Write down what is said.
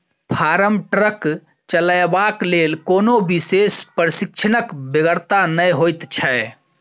farm truck चलयबाक लेल कोनो विशेष प्रशिक्षणक बेगरता नै होइत छै